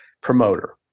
promoter